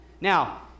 Now